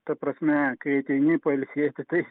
ta prasme kai ateini pailsėti tai